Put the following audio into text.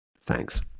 Thanks